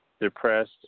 depressed